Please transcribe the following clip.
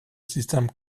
système